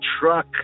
truck